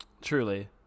Truly